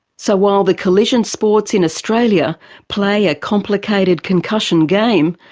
so while the collision sports in australia play a complicated concussion game,